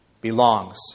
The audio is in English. belongs